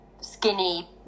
skinny